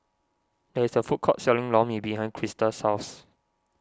there is a food court selling Lor Mee behind Crista's house